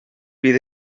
bydd